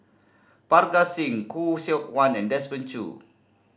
Parga Singh Khoo Seok Wan and Desmond Choo